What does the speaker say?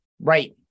Right